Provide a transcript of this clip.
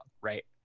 right